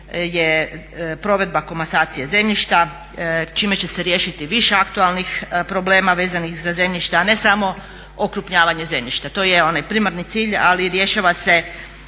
je provedba komasacije zemljišta čime će se riješiti više aktualnih problema vezanih za zemljište, a ne samo okrupnjavanje zemljišta. To je onaj primarni cilj, ali rješava se